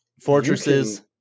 fortresses